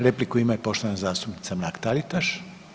Repliku ima i poštovana zastupnica Mrak-Taritaš.